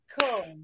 Cool